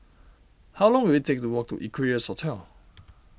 how long will it take to walk to Equarius Hotel